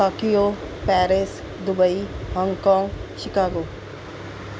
Tokyo Paris Dubai Hong Kong Chicago